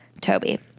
Toby